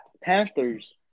Panthers